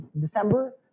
December